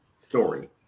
story